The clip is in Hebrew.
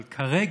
אבל כרגע,